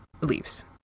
leaves